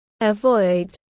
avoid